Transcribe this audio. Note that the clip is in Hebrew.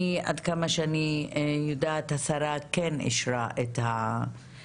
עד כמה שאני יודעת, השרה כן אישרה את ההמלצות.